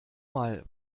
mal